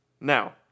Now